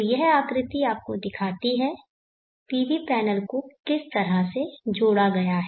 तो यह आकृति आपको दिखाती है PV पैनल को किस तरह से जोड़ा गया है